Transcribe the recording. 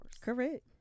Correct